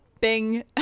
bing